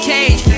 Cage